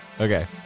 Okay